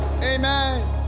Amen